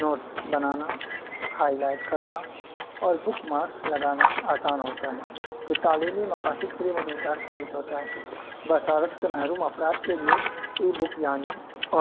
notice بنانا highlight کرنا اور بکمارکس لگانا آسان ہوتا ہے یہ تعلیمی مقاصد کے لیے مددگار ثابت ہوتا ہے بصارت سے محروم افراد کے لیے ای بک یعنی